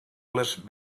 les